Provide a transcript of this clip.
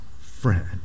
friend